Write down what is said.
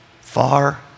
far